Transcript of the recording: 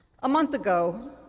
a month ago,